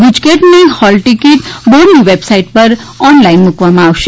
ગુજકેટની hall ticket બોર્ડની website પર online મૂકવામાં આવશે